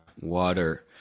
water